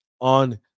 on